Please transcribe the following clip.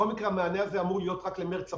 בכל מקרה, המענה הזה אמור להיות רק למרץ-אפריל.